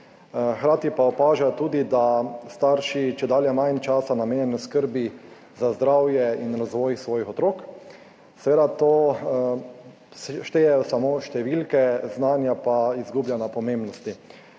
Hkrati pa opažajo tudi, da starši čedalje manj časa namenjajo skrbi za zdravje in razvoj svojih otrok. Seveda štejejo samo številke, znanje pa izgublja na pomembnosti.